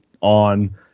on